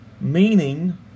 meaning